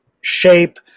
shape